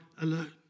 alone